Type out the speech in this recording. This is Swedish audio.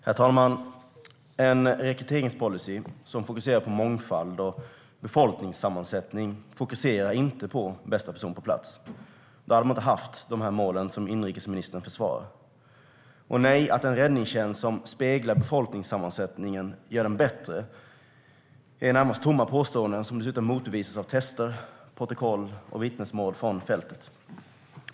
Herr talman! En rekryteringspolicy som fokuserar på "mångfald" och befolkningssammansättning fokuserar inte på bästa person på plats. Då hade man inte haft de mål som inrikesministern försvarar. Att en räddningstjänst som "speglar samhällets befolkningssammansättning" skulle vara bättre är närmast ett tomt påstående, som dessutom motbevisas av tester, protokoll och vittnesmål från fältet.